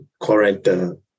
current